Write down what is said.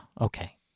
Okay